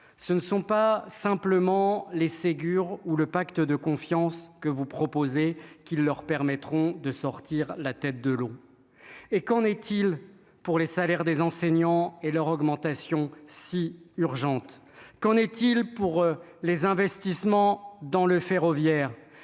ce ne sont pas simplement les Ségur ou le pacte de confiance que vous proposez, qui leur permettront de sortir la tête de l'eau et qu'en est-il pour les salaires des enseignants et leur augmentation si urgente, qu'en est-il pour les investissements dans le ferroviaire,